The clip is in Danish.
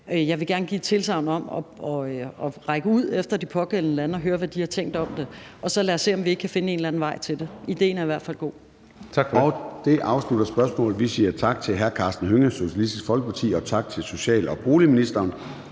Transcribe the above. Jeg vil gerne give et tilsagn om at række ud til de pågældende lande og høre, hvad de har tænkt om det. Og så lad os se, om vi ikke kan finde en eller anden vej til det. Idéen er i hvert fald god.